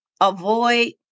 avoid